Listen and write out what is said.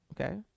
okay